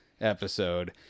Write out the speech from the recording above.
episode